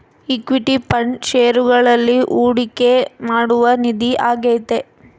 equity fund ಷೇರುಗಳಲ್ಲಿ ಹೂಡಿಕೆ ಮಾಡುವ ನಿಧಿ ಆಗೈತೆ